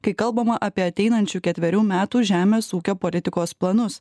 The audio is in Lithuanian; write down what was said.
kai kalbama apie ateinančių ketverių metų žemės ūkio politikos planus